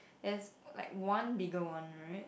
that's like one bigger one right